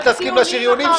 אל תסכים לשריונים,